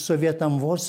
sovietam vos